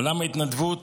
עולם ההתנדבות